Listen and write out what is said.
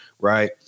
right